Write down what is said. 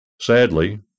Sadly